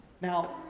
Now